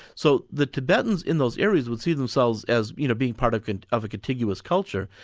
so the tibetans in those areas would see themselves as you know being part of kind of a continuous culture,